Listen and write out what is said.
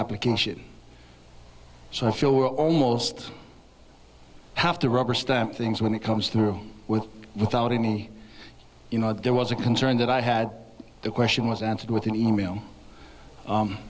application so i feel we're almost i have to rubber stamp things when it comes through with without any you know there was a concern that i had the question was answered with an e mail